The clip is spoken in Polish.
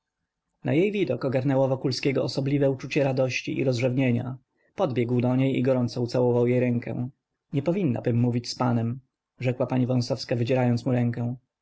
na jej widok ogarnęło wokulskiego osobliwe uczucie radości i rozrzewnienia podbiegł do niej i gorąco ucałował jej rękę nie powinnabym mowić z panem rzekła pani wąsowska wydzierając mu rękę